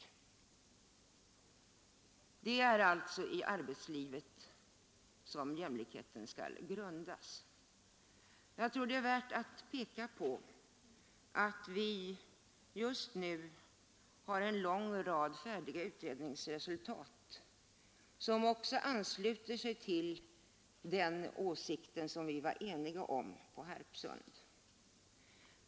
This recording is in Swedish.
Det är alltså i arbetslivet som jämlikheten skall grundas. Jag tror det är värt att peka på att vi just nu har en lång rad färdiga utredningsresultat som också ansluter sig till den åsikt vi var eniga om på Harpsund.